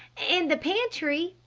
and the pantry,